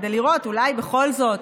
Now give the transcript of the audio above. כדי לראות אם אולי בכל זאת